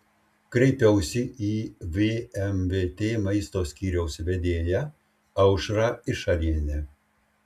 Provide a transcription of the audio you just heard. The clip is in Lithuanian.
kreipiausi į vmvt maisto skyriaus vedėją aušrą išarienę